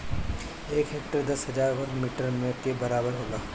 एक हेक्टेयर दस हजार वर्ग मीटर के बराबर होला